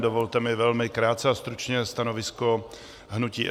Dovolte mi velmi krátké a stručné stanovisko hnutí SPD.